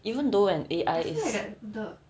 even though an A_I is